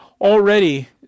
already